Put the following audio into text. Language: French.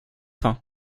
faim